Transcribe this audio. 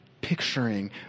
picturing